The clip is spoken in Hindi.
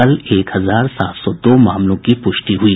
कल एक हजार सात सौ दो मामलों की पुष्टि हुई